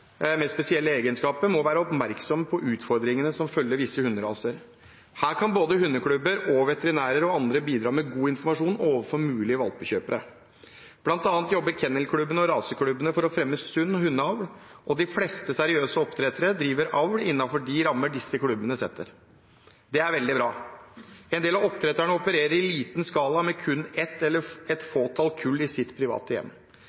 med spesielle egenskaper, må være oppmerksom på utfordringene som følger visse hunderaser. Her kan både hundeklubber og veterinærer og andre bidra med god informasjon overfor mulige valpekjøpere. Blant annet jobber kennelklubbene og raseklubbene for å fremme sunn hundeavl, og de fleste seriøse oppdrettere driver avl innenfor de rammer disse klubbene setter. Det er veldig bra. En del av oppdretterne opererer i liten skala med kun ett eller et fåtall kull i sitt private hjem.